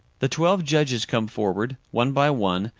the twelve judges come forward, one by one,